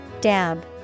Dab